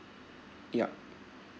yup